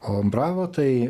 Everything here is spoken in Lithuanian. o bravo tai